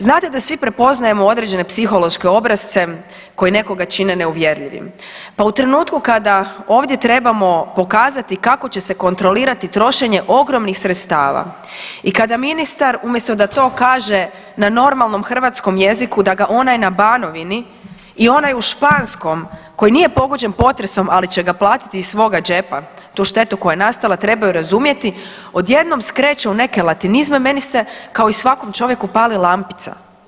Znate da svi prepoznajemo određene psihološke obrasce koji nekoga čine neuvjerljivim, pa u trenutku kada ovdje trebamo pokazati kako će se kontrolirati trošenje ogromnih sredstava i kada ministar, umjesto da to kaže na normalnom hrvatskom jeziku, da ga onaj na Banovini i onaj u Španskom koji nije pogođen potresom, ali će ga platiti iz svoga džepa, tu štetu koja je nastala, trebaju razumjeti, odjednom skreće u neke latinizme, meni se kao i svakom čovjeku, pali lampica.